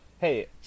Hey